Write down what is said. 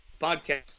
podcast